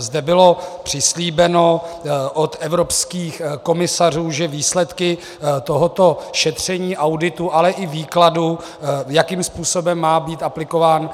Zde bylo přislíbeno od evropských komisařů, že výsledky tohoto šetření, auditu, ale i výkladu, jakým způsobem má být aplikováno